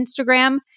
Instagram